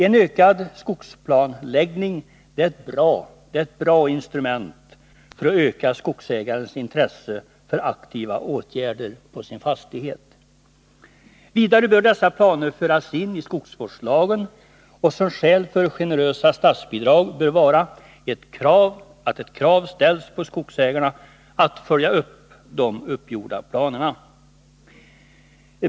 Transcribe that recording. En ökad skogsplanläggning är ett bra instrument för att öka skogsägarens intresse för aktiva åtgärder på sin fastighet. Vidare bör dessa planer föras in i skogsvårdslagen, och ett skäl för generösa statsbidrag bör vara att ett krav ställs på skogsägarna att följa upp planerna.